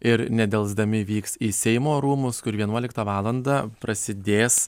ir nedelsdami vyks į seimo rūmus kur vienuoliktą valandą prasidės